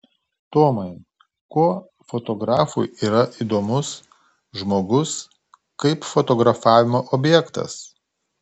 tomai kuo fotografui yra įdomus žmogus kaip fotografavimo objektas